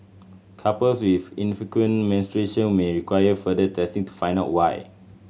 couples with infrequent menstruation may require further testing to find out why